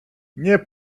nie